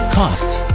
costs